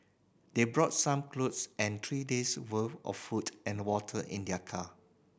they brought some clothes and three days' worth of food and water in their car